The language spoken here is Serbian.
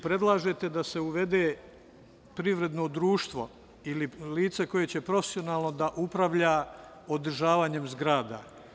Predlažete da se uvede privredno društvo ili lice koje će profesionalno da upravlja održavanjem zgrada.